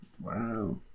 Wow